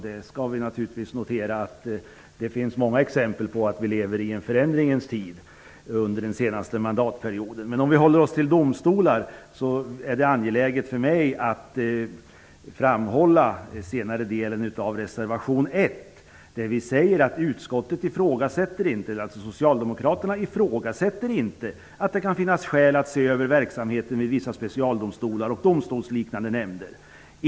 Vi skall naturligtvis notera att det under den senaste mandatperioden funnits många exempel på att vi lever i en förändringens tid. Om vi håller oss till domstolar är det angeläget för mig att framhålla senare delen av reservation 1. Vi säger där att utskottet -- alltså Socialdemokraterna -- inte ifrågasätter att det kan finnas skäl att se över verksamheten vid vissa specialdomstolar och domstolsliknande nämnder.